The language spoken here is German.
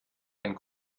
einen